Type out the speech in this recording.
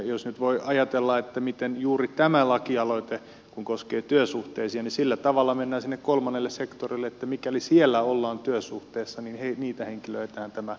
jos nyt voi ajatella miten mennään sinne kolmannelle sektorille kun juuri tämä lakialoite koskee työsuhteisia niin sillä tavalla että mikäli siellä ollaan työsuhteessa niin niitä henkilöitähän tämä koskettaa